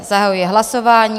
Zahajuji hlasování.